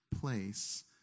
place